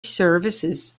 services